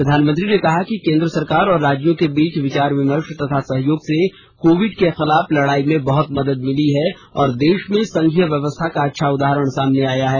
प्रधानमंत्री ने कहा कि केंद्र सरकार और राज्यों के बीच विचार विमर्श तथा सहयोग से कोविड के खिलाफ लड़ाई में बहुत मदद मिली है और देश में संघीय व्यवस्था का अच्छा उदाहरण सामने आया है